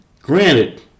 granted